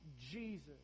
Jesus